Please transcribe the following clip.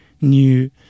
new